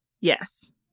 Yes